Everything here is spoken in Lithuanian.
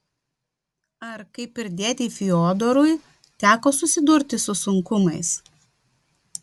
ar kaip ir dėdei fiodorui teko susidurti su sunkumais